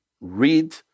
Read